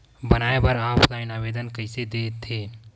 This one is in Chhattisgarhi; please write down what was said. बनाये बर ऑफलाइन आवेदन का कइसे दे थे?